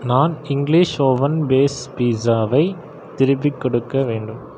நான் English oven base பீட்ஸாவை திருப்பிக் கொடுக்க வேண்டும்